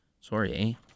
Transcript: Sorry